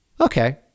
okay